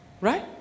right